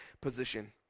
position